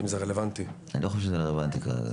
אם זה רלוונטי --- אני לא חושב שזה רלוונטי כרגע.